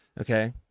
okay